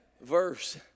verse